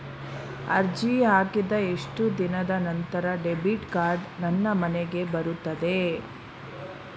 ಅರ್ಜಿ ಹಾಕಿದ ಎಷ್ಟು ದಿನದ ನಂತರ ಡೆಬಿಟ್ ಕಾರ್ಡ್ ನನ್ನ ಮನೆಗೆ ಬರುತ್ತದೆ?